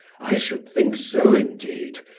i should think so indeed!